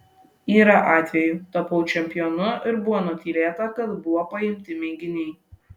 yra atvejų tapau čempionu ir buvo nutylėta kad buvo paimti mėginiai